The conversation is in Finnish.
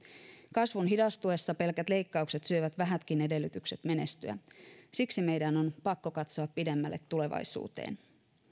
kasvun hidastuessa pelkät leikkaukset syövät vähätkin edellytykset menestyä siksi meidän on pakko katsoa pidemmälle tulevaisuuteen